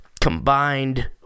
combined